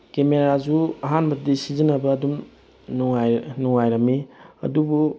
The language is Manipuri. ꯀꯦꯃꯦꯔꯥꯁꯨ ꯑꯍꯥꯟꯕꯗꯤ ꯁꯤꯖꯤꯟꯅꯕ ꯑꯗꯨꯝ ꯅꯨꯡꯉꯥꯏꯔꯝꯃꯤ ꯑꯗꯨꯕꯨ